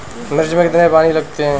मिर्च में कितने पानी लगते हैं?